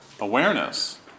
awareness